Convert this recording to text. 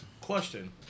question